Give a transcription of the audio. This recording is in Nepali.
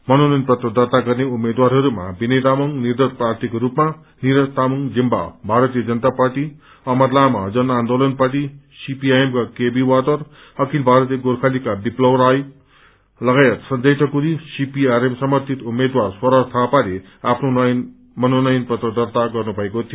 मनोनयन पत्र दर्ता गर्ने उम्मेद्वारहरूमा विनय तामाङ निर्दल प्रार्यीको रूपमा निरज तामाङ जिम्बा भारतीय जनता पार्टी अमर लामा जनआन्दोलन पार्टी सीपीआइएमका केबी वातर अखिल भारतीय गोर्खालीगका विप्लव राई लगायत संजय ठकुरी सीपीआरएम समर्थित उम्मेद्वार स्वराज थापाले आफ्ना मनोनयन पत्र दर्ता गर्नुभएको थियो